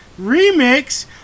remix